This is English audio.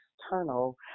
external